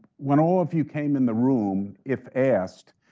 when all of you came in the room, if asked,